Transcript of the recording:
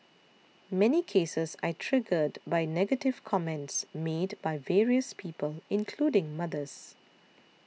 many cases are triggered by negative comments made by various people including mothers